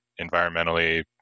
environmentally